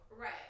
Right